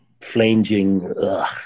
flanging